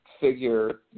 figure